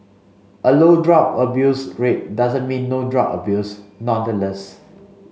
a low drug abuse rate doesn't mean no drug abuse nonetheless